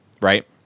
Right